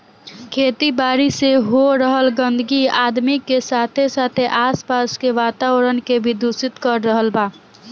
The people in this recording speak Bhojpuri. खेती बारी से हो रहल गंदगी आदमी के साथे साथे आस पास के वातावरण के भी दूषित कर रहल बा